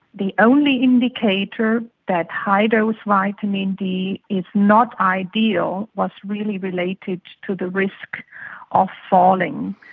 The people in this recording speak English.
the only indicator that high dose vitamin d is not ideal was really related to the risk of falling.